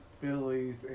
Phillies